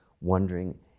wondering